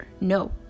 No